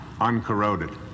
uncorroded